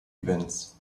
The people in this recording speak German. events